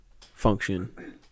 function